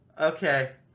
Okay